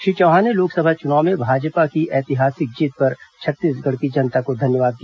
श्री चौहान ने लोकसभा चुनाव में भाजपा की ऐतिहासिक जीत पर छत्तीसगढ़ की जनता को धन्यवाद दिया